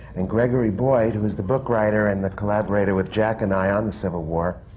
and gregory boyd, who is the bookwriter and the collaborator with jack and i on the civil war,